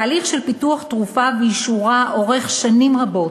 תהליך של פיתוח תרופה ואישורה אורך שנים רבות,